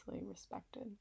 respected